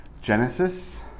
Genesis